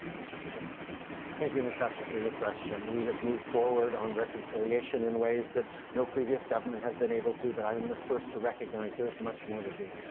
mr trudeau thank you, natasha, for the question. we have moved forward on reconciliation in ways that no previous government has been able to, but i'm the first to recognize there is much more to do.